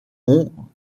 ont